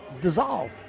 dissolve